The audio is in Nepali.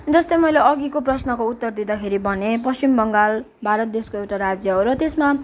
जस्तै मैले अघिको प्रश्नको उत्तर दिँदाखेरि भनेँ पश्चिम बङ्गाल भारत देशको एउटा राज्य हो र त्यसमा